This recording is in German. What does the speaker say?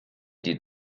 dir